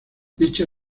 dicha